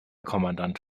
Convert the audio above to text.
kommandant